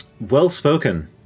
well-spoken